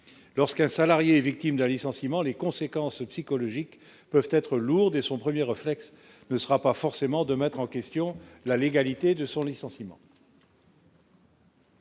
lorsqu'un salarié victime d'un licenciement les conséquences psychologiques peuvent être lourds dès son 1er réflexe ne sera pas forcément de mettre en question la légalité de son licenciement.